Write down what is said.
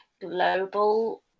global